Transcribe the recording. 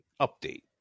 update